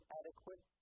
adequate